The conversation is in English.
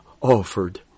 offered